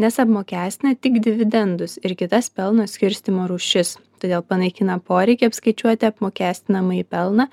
nes apmokestina tik dividendus ir kitas pelno skirstymo rūšis todėl panaikina poreikį apskaičiuoti apmokestinamąjį pelną